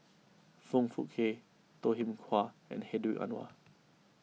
Foong Fook Kay Toh Kim Hwa and Hedwig Anuar